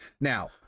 Now